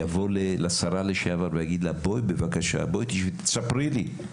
יבוא לשרה לשעבר ויגיד לה בואי, תספרי לי,